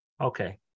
Okay